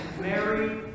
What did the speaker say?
Mary